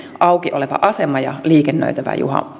auki oleva asema ja liikennöitävä